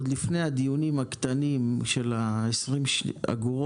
עוד לפני הדיונים הקטנים של ה-20 אג',